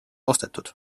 ostetud